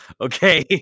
Okay